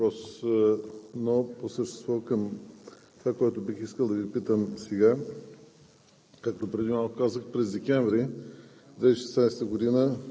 си позволя да кажа, че почти не ми отговорихте на първия въпрос, но по същество към това, което бих искал да Ви питам сега.